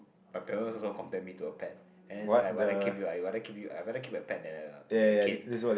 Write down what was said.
my parents also compare me to a pet and then they say I rather keep you I rather keep you I rather keep a pet than a than a kid